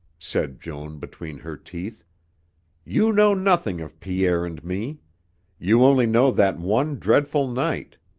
said joan between her teeth you know nothing of pierre and me you only know that one dreadful night.